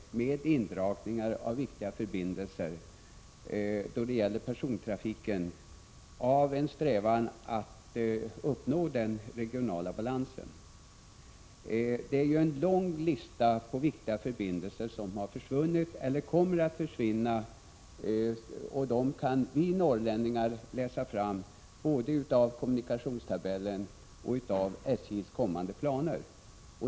1986/87:49 ningar av viktiga förbindelser när det gäller persontrafiken, av en strävan att 15 december 1986 uppnå den regionala balansen. Det är en lång rad viktiga förbindelser som har försvunnit eller kommer att försvinna — det kan vi norrlänningar läsa fram både av kommunikationstabellen och av SJ:s kommande planer.